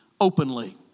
openly